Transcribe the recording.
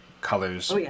colors